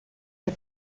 ihr